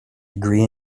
degree